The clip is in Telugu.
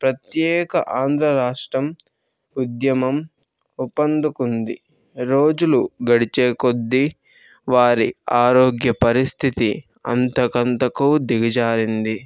ప్రత్యేక ఆంధ్ర రాష్ట్రం ఉద్యమం ఊపందుకుంది రోజులు గడిచే కొద్దీ వారి ఆరోగ్య పరిస్థితి అంతకంతకు దిగజారింది